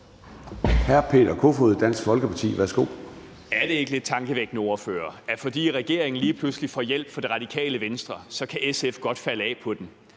Er det ikke lidt tankevækkende, ordfører, at fordi regeringen lige pludselig får hjælp fra Radikale Venstre, kan SF godt falde af på den,